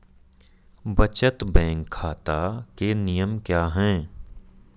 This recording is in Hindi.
बचत बैंक खाता के नियम क्या हैं?